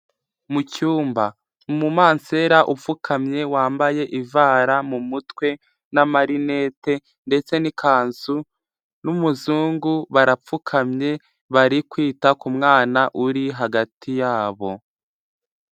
Mu cyumba. Umumansera upfukamye wambaye ivara mu mutwe n'amarinete ndetse n'ikanzu n'umuzungu barapfukamye bari kwita k'umwana uri hagati yabo.